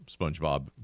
SpongeBob